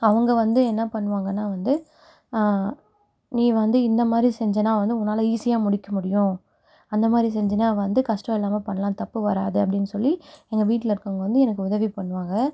அவங்க வந்து என்ன பண்ணுவாங்கனா வந்து நீ வந்து இந்த மாதிரி செஞ்சேனா வந்து உன்னால் ஈஸியாக முடிக்க முடியும் அந்த மாதிரி செஞ்சேனா வந்து கஷ்டம் இல்லாமல் பண்ணலாம் தப்பு வராது அப்படின் சொல்லி எங்கள் வீட்டில் இருக்கவங்க வந்து எனக்கு உதவி பண்ணுவாங்க